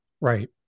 Right